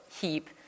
heap